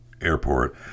airport